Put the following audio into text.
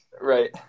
Right